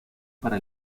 para